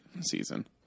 season